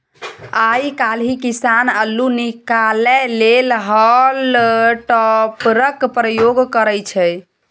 आइ काल्हि किसान अल्लु निकालै लेल हॉल टॉपरक प्रयोग करय छै